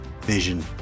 vision